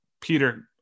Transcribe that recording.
Peter